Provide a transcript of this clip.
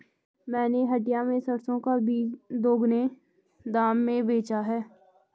मैंने हटिया में सरसों का बीज दोगुने दाम में बेचा है